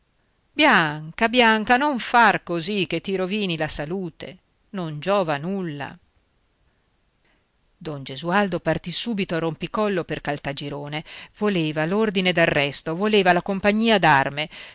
bianca bianca non far così che ti rovini la salute non giova a nulla don gesualdo partì subito a rompicollo per caltagirone voleva l'ordine d'arresto voleva la compagnia